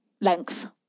length